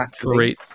Great